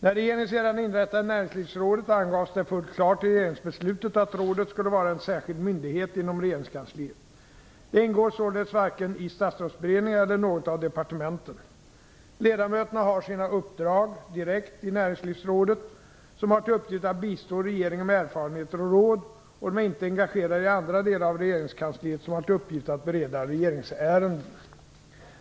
När regeringen sedan inrättade Näringslivsrådet angavs det fullt klart i regeringsbeslutet att rådet skulle vara en särskild myndighet inom regeringskansliet. Det ingår således varken i Statsrådsberedningen eller något av departementen. Ledamöterna har sina uppdrag direkt i Näringslivsrådet, som har till uppgift att bistå regeringen med erfarenheter och råd, och de är inte engagerade i andra delar av regeringskansliet som har till uppgift att bereda regeringsärenden.